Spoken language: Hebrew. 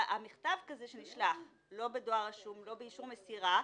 מכתב כזה שנשלח לא בדואר רשום, לא באישור מסירה,